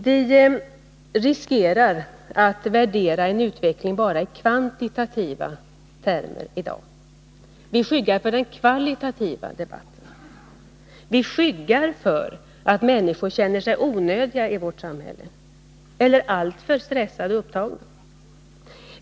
Vi riskerar att värdera en utveckling bara i kvantitativa termer i dag. Vi skyggar för den kvalitativa debatten. Vi skyggar för att människor känner sig onödiga i vårt samhälle — eller alltför stressade och upptagna.